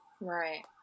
Right